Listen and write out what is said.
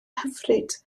hyfryd